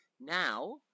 now